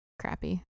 crappy